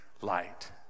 light